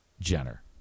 Jenner